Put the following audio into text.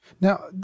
Now